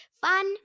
Fun